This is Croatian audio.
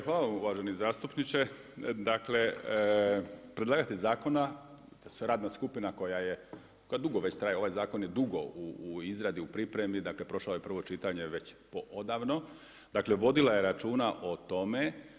Hvala vam uvaženi zastupniče, dakle predlagatelj zakona, tj. radna skupina koja je, koja dugo već traje, ovaj zakon je dugo u izradi, u pripremi, dakle prošao je prvo čitanje već odavno, dakle vodila je računa o tome.